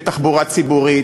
בתחבורה ציבורית,